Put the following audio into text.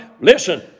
Listen